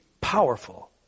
powerful